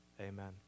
amen